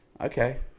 Okay